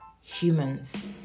humans